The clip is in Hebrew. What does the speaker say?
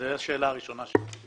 זו השאלה הראשונה שלי.